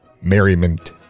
merriment